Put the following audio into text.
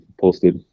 posted